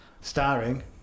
starring